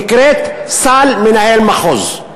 נקראת סל מנהל מחוז.